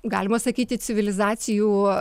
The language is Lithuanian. galima sakyti civilizacijų